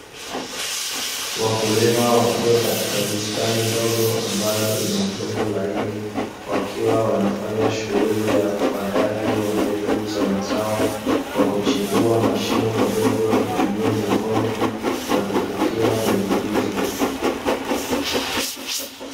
Wakulima wakiwa katika bustani ndogo, ambayo ina udongo laini, wakiwa wa wanafanya shughuli ya upandaji wa mbegu za mazao, kwa kuchimbua mashimo madogo wakitumia mikono na kufukia mbegu hizo.